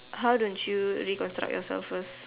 how don't you reconstruct yourself first